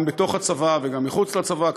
גם בתוך הצבא וגם מחוץ לצבא,